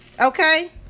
Okay